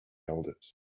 elders